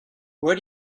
where